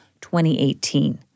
2018